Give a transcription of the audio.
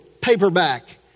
paperback